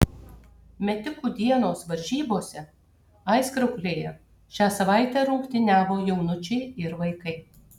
metikų dienos varžybose aizkrauklėje šią savaitę rungtyniavo jaunučiai ir vaikai